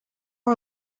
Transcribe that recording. are